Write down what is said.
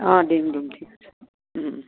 অঁ দিম দিম ঠিক আছে